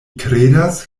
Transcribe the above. kredas